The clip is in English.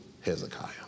Hezekiah